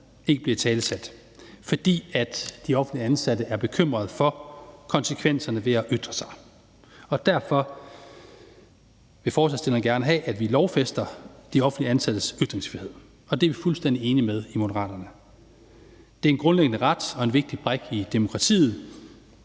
ikke bliver italesat, fordi de offentligt ansatte er bekymrede for konsekvenserne ved at ytre sig. Derfor vil forslagsstillerne gerne have, at vi lovfæster de offentligt ansattes ytringsfrihed, og der er vi fuldstændig enige med Moderaterne. Det er en grundlæggende ret og en vigtig brik i demokratiet,